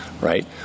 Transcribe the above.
right